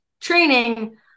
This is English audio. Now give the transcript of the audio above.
training